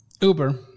Uber